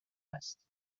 است